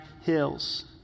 hills